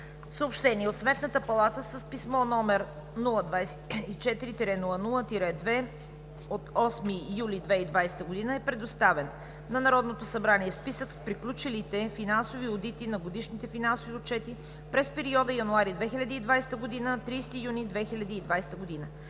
Съобщение – от Сметната палата с писмо № 024-00-2 от 8 юли 2020 г. е предоставен на Народното събрание списък с приключилите финансови одити на годишните финансови отчети през периода януари 2020 г. – 30 юни 2020 г.